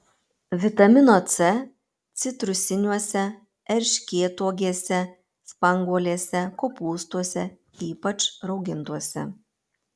vitamino c citrusiniuose erškėtuogėse spanguolėse kopūstuose ypač raugintuose